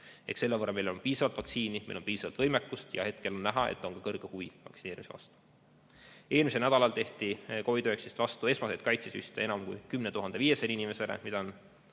kogusest. Ehk meil on piisavalt vaktsiini, meil on piisavalt võimekust, ja hetkel on näha, et on ka suur huvi vaktsineerimise vastu. Eelmisel nädalal tehti COVID‑19 vastu esmaseid kaitsesüste enam kui 10 500 inimesele, mida on